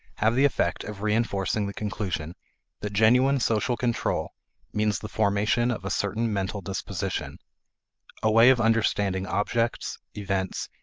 have the effect of reinforcing the conclusion that genuine social control means the formation of a certain mental disposition a way of understanding objects, events,